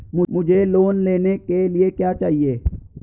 मुझे लोन लेने के लिए क्या चाहिए?